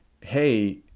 hey